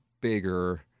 bigger